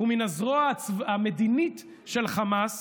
מן הזרוע המדינית של חמאס